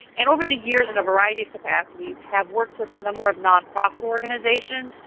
and over the years in a variety of capacity have worked with a number of nonprofit organizations,